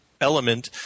element